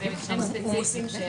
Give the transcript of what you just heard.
במקרים ספציפיים.